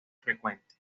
frecuente